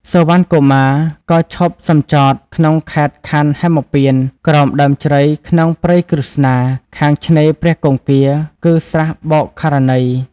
សុវណ្ណកុមារក៏ឈប់សំចតក្នុងខេត្តខណ្ឌហេមពាន្តក្រោមដើមជ្រៃក្នុងព្រៃក្រឹស្នា ខាងឆ្នេរព្រះគង្គារ គឺស្រះបោក្ខរណី។